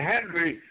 Henry